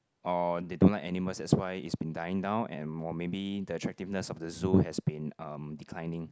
or they don't like animals that's why it's been dying down and more maybe the attractiveness of the zoo has been um declining